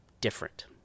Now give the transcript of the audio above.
different